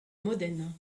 modène